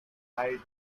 hide